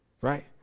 right